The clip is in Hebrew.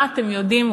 מה אתם יודעים?